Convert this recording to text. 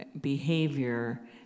behavior